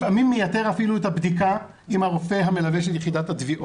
לפעמים מייתר אפילו את הבדיקה עם הרופא המלווה של יחידת התביעות.